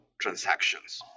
transactions